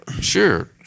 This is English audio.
Sure